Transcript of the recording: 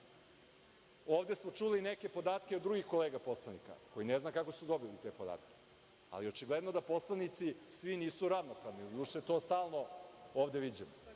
Ovde smo čuli neke podatke od drugih kolega narodnih poslanika, koji ne znam kako su dobili te podatke. Ali, očigledno da svi poslanici nisu ravnopravni. Doduše, to stalno ovde viđamo. Ako